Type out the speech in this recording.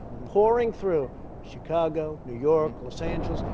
pouring through chicago, new york, los angeles,